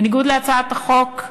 שבניגוד להצעת החוק,